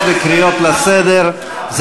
כל מי שצבר אזהרות וקריאות לסדר,